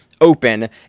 open